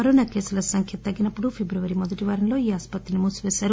corona కేసుల సంఖ్య తగ్గినపుడు ఫిబ్రవరి మొదటివారంలో ఈ ఆస్పత్రి మూసిపేస్తారు